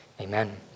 amen